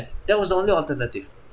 there was the only alternative